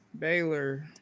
Baylor